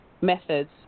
methods